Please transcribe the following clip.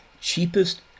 cheapest